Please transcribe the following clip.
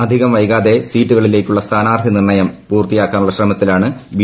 അധികം വൈകാതെ സീറ്റുകളിലേക്കുള്ള സ്ഥാനാർത്ഥി നിർണയം പൂർത്തിയാക്കാനുള്ള ശ്രമത്തിലാണ് ബി